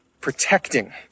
protecting